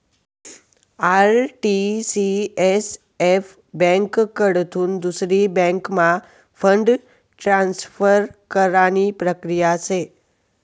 RTCSF ब्यांककडथून दुसरी बँकम्हा फंड ट्रान्सफर करानी प्रक्रिया शे